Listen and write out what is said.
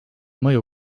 mõju